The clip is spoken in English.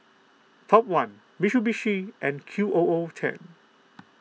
Top one Mitsubishi and Q O O ten